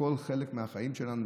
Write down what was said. בכל חלק מהחיים שלנו,